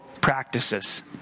practices